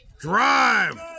drive